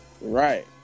Right